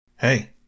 Hey